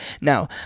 now